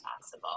possible